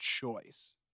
choice